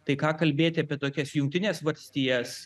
tai ką kalbėti apie tokias jungtines valstijas